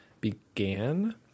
began